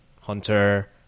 Hunter